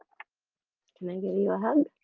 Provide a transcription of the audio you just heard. can i give you you a hug?